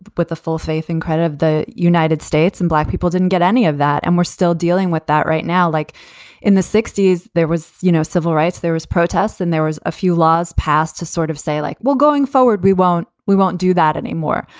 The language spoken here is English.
with the full faith and credit of the united states. and black people didn't get any of that. and we're still dealing with that right now. like in the sixty s, there was no you know civil rights. there was protests and there was a few laws passed to sort of say, like, we'll going forward. we won't we won't do that anymore.